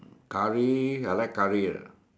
curry I like curry ah